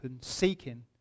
seeking